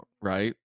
right